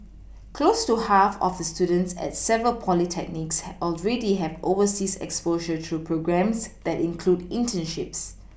close to half of the students at several Polytechnics already have overseas exposure through programmes that include internships